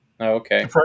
Okay